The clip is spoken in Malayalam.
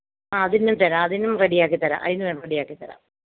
ആഹ് അതിനും തരാം അതിനും റെഡിയാക്കി തരാം അതിന് ഞാന് റെഡിയാക്കി തരാം